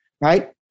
right